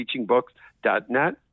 TeachingBooks.net